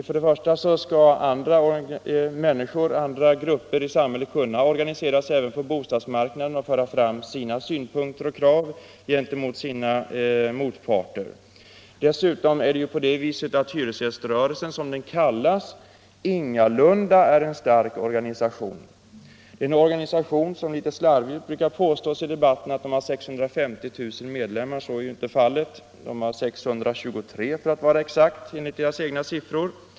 Vi hävdar att också andra grupper i samhället bör kunna organisera sig även på bostadsmarknaden och föra fram sina synpunkter och krav gentemot sina motparter. Dessutom är hyresgäströrelsen, som den kallas, ingalunda en stark organisation. Det är en organisation om vilken det litet slarvigt brukar påstås i debatten att den har 650 000 medlemmar. Så är inte fallet. Den har, för att vara exakt, 623 000 medlemmar enligt sina egna siffror.